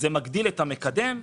זה מגדיל את המקדם,